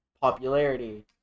popularity